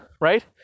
Right